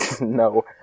No